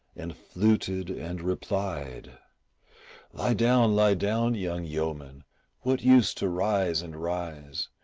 and fluted and replied lie down, lie down, young yeoman what use to rise and rise?